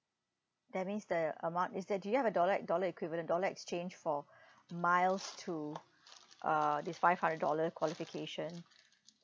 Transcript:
that means the amount is that do you have a dollar dollar equivalent dollar exchange for miles to err this five hundred dollar qualification